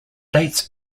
dates